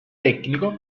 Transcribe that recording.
tecnico